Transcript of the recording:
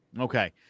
Okay